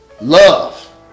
Love